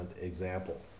example